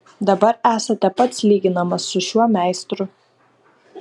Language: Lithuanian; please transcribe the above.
dabar esate pats lyginamas su šiuo meistru